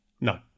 No